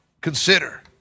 consider